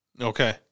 okay